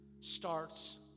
starts